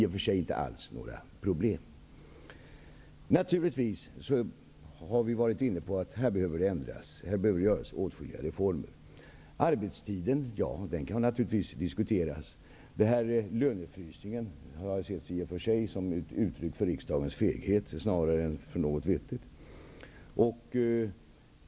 Det fanns inte alls några problem när det gäller detta. Vi har varit inne på att mycket behöver ändras och åtskilliga reformer behöver genomföras. Arbetstiden kan naturligtvis diskuteras. Lönefrysningen har i och för sig setts som ett uttryck för riksdagens feghet, snarare än för något vettigt.